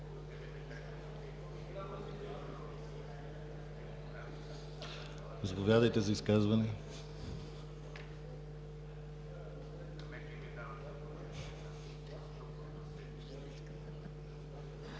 Заповядайте за изказване.